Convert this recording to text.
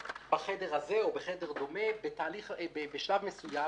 בחדר הזה או בחדר דומה, בשלב מסוים